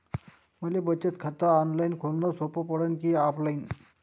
मले बचत खात ऑनलाईन खोलन सोपं पडन की ऑफलाईन?